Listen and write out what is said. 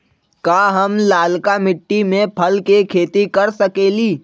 का हम लालका मिट्टी में फल के खेती कर सकेली?